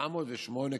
908 כיתות.